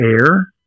air